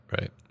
right